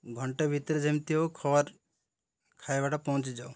ଘଣ୍ଟେ ଭିତରେ ଯେମିତି ହଉ ଖବର ଖାଇବାଟା ପହଞ୍ଚି ଯାଉ